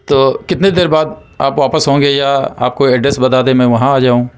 تو کتنے دیر بعد آپ واپس ہوں گے یا آپ کوئی ایڈریس بتا دیں میں وہاں آ جاؤں